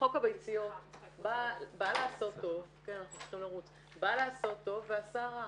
חוק הביציות בא לעשות טוב ועשה רע.